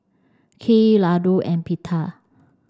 Kheer Ladoo and Pita